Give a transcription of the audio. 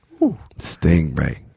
stingray